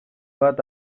bat